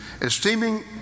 esteeming